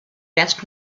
best